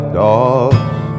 dogs